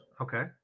Okay